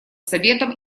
советом